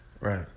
Right